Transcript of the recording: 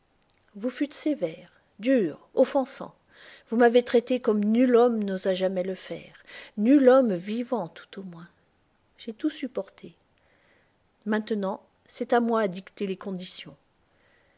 vous fûtes sévère dur offensant vous m'avez traité comme nul homme n'osa jamais le faire nul homme vivant tout au moins j'ai tout supporté maintenant c'est à moi à dicter les conditions